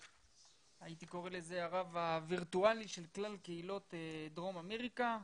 הייתי קורא לזה הרב הווירטואלי של כלל קהילות דרום אמריקה,